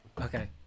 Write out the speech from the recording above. Okay